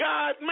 God